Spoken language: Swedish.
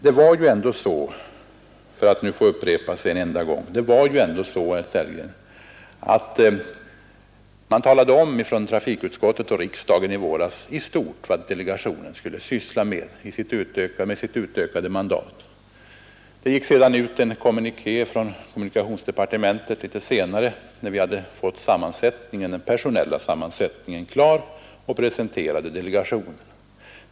Det var ju ändå så, för att nu få upprepa sig en enda gång, herr Sellgren, att trafikutskottet och riksdagen i våras i stort talade om vad delegationen skulle göra med sitt utökade mandat. Det gick sedan ut en kommuniké från kommunikationsdepartementet när vi hade fått den personella sammansättningen klar och presenterade delegationen.